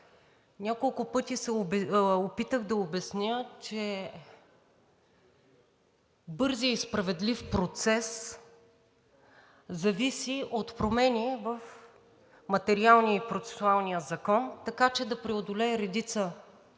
Няколко пъти се опитах да обясня, че бързият и справедлив процес зависи от промени в материалния и процесуалния закон, така че да преодолее натрупан